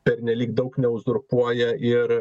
pernelyg daug neuzurpuoja ir